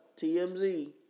TMZ